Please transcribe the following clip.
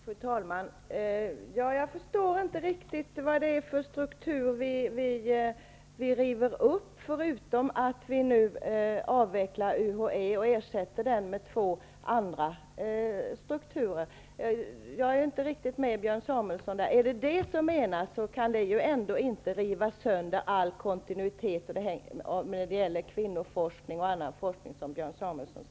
Fru talman! Jag förstår inte vad det är för struktur som vi nu river upp, förutom att UHÄ skall avvecklas och ersättas med två andra strukturer. Där är jag inte riktigt med Björn Samuelson. Är det vad som avses, kan ju inte detta förstöra all kontinuitet när det gäller kvinnoforskning och annan forskning.